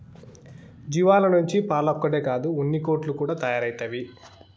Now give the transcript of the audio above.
జీవాల నుంచి పాలొక్కటే కాదు ఉన్నికోట్లు కూడా తయారైతవి